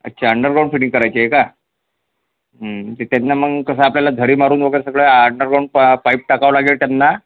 अच्छा underground fitting करायची आहे का ते त्यांना मग कसं आपल्याला धरी मारून वगैरे सगळं अंडरग्राउंड पा पाईप टाकावं लागेल त्यांना